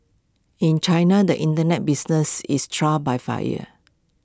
in China the Internet business is trial by fire